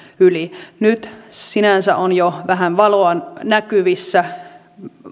yli nyt sinänsä on jo vähän valoa näkyvissä